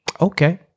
Okay